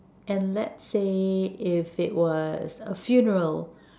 and let's say if it was a funeral